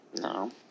no